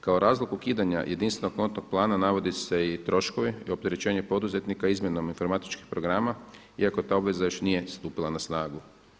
Kao razlog ukidanja jedinstvenog kontnog plana navodi se i troškove i opterećenje poduzetnika izmjenom informatičkih programa iako ta obveza nije još stupila na snagu.